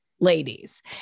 ladies